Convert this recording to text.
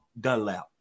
Dunlap